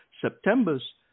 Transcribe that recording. September's